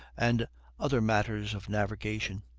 and other matters of navigation.